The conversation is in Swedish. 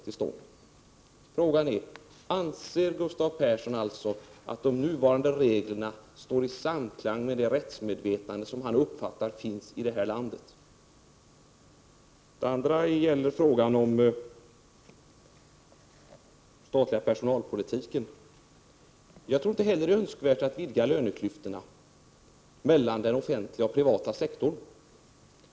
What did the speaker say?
Frågan är: Anser Gustav Persson att de nuvarande reglerna står i samklang med det rättsmedvetande som han uppfattar finns i det här landet? Sedan gäller det den statliga personalpolitiken. Jag tror inte heller att det är önskvärt att vidga löneklyftorna mellan den offentliga och den privata sektorn.